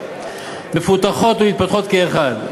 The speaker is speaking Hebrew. מפותחות ומתפתחות כאחת,